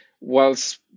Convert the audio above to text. whilst